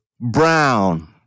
Brown